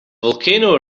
volcano